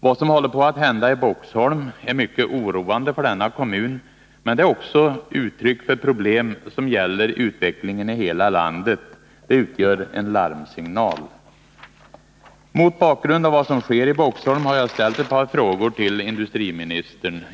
Vad som håller på att hända i Boxholm är mycket oroande för denna kommun, men det är också uttryck för problem som gäller utvecklingen i hela landet. Det utgör en larmsignal. Mot bakgrund av vad som sker i Boxholm har jag ställt ett par frågor till industriministern.